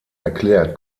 erklärt